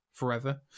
forever